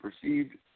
perceived